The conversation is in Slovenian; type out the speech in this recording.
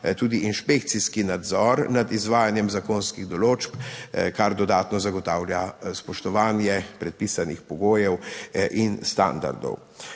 tudi inšpekcijski nadzor nad izvajanjem zakonskih določb, kar dodatno zagotavlja spoštovanje predpisanih pogojev in standardov.